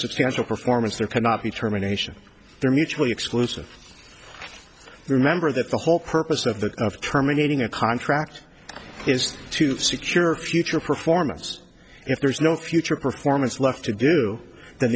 substantial performance there cannot be terminations they're mutually exclusive remember that the whole purpose of the of terminating a contract is to secure a future performance if there's no future performance left to do th